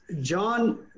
John